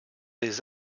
des